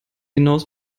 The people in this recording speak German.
hinaus